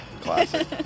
Classic